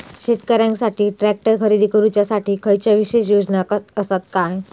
शेतकऱ्यांकसाठी ट्रॅक्टर खरेदी करुच्या साठी खयच्या विशेष योजना असात काय?